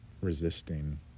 resisting